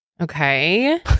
okay